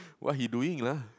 what he doing lah